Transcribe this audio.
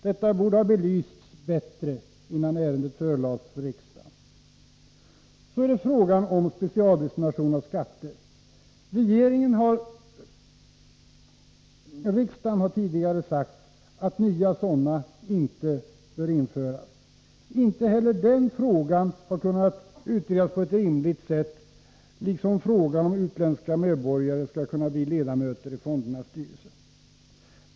Detta borde ha belysts bättre, innan ärendet förelades riksdagen. När det gäller frågan om specialdestination av skatter har riksdagen tidigare sagt att nya sådana inte bör införas. Inte heller den frågan har kunnat utredas på ett rimligt sätt, liksom frågan om utländska medborgare skall kunna bli ledamöter i fondernas styrelser.